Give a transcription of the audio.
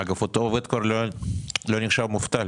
אגב, אותו עובד כבר לא נחשב מובטל.